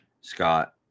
Scott